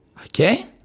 Okay